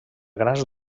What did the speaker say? grans